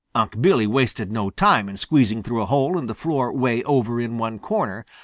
unc' billy wasted no time in squeezing through a hole in the floor way over in one corner,